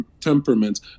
temperaments